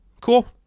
cool